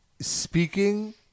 speaking